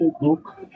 book